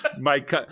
Mike